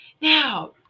Now